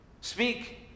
Speak